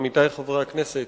עמיתי חברי הכנסת,